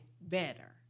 better